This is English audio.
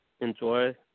enjoy